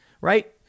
right